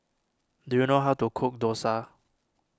do you know how to cook Dosa